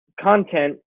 content